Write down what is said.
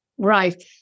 Right